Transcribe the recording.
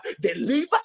deliver